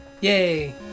Yay